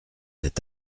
cet